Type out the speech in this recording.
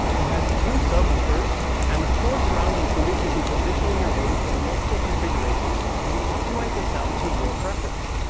it has two subwoofers and the four surrounds included can be positioned in your room in multiple configurations to optimize the sound to your preference.